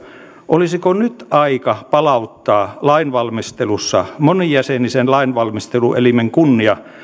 olisiko nyt aika palauttaa lainvalmistelussa monijäsenisen lainvalmisteluelimen kunnia